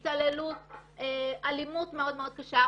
או התעללות ואלימות מאוד מאוד קשה,